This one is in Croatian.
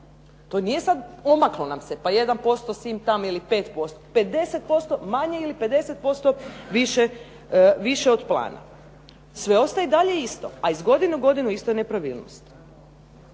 To nije sad omaklo nam se pa 1% sim-tam, ili 5%, 50% manje ili 50% više od plana. Sve ostaje i dalje isto, a iz godine u godinu iste nepravilnosti.